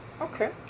Okay